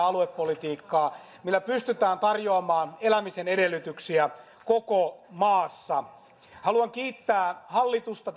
aluepolitiikkaa millä pystytään tarjoamaan elämisen edellytyksiä koko maassa haluan kiittää hallitusta